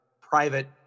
private